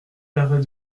l’arrêt